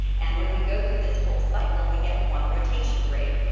and when we go through this whole cycle, we get one rotation rate.